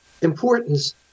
importance